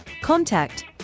Contact